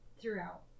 throughout